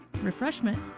refreshment